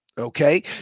Okay